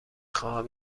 خواهم